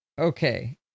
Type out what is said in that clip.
Okay